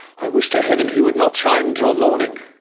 i wish to heaven he would not shine till morning!